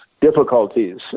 difficulties